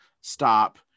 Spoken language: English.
stop